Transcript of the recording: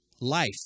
life